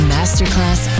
Masterclass